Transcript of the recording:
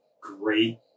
great